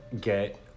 get